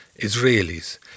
Israelis